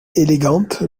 élégante